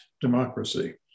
democracy